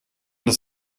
das